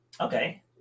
Okay